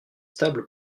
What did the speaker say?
stable